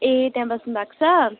ए त्यहाँ बस्नुभएको छ